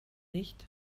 nicht